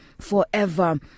forever